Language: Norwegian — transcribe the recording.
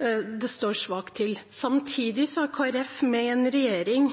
nå står svakt. Samtidig er Kristelig Folkeparti med i en regjering